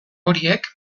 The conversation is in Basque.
horiek